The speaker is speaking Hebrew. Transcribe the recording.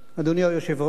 אדוני היושב-ראש,